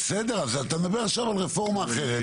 בסדר, אז אתה מדבר עכשיו על רפורמה אחרת.